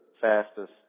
fastest